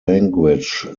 language